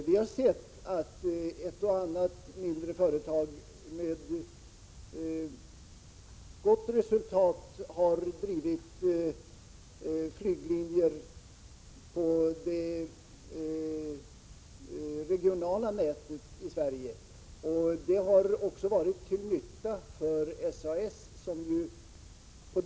Vi har sett att ett och annat mindre företag med gott resultat har drivit flyglinjer på det regionala nätet i Sverige. Det har också varit till nytta för SAS.